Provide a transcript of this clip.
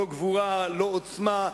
לא גבורה ולא עוצמה,